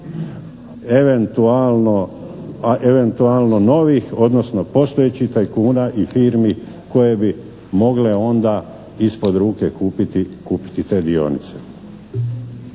eventualno novih odnosno postojećih tajkuna i firmi koje bi mogle onda ispod ruke kupiti te dionice.